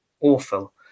awful